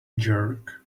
jerk